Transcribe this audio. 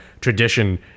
tradition